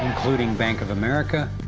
including bank of america,